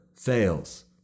fails